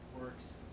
works